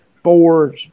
Four